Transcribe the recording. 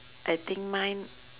I think mine